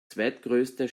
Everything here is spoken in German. zweitgrößte